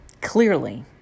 clearly